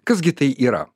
kas gi tai yra